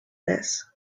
this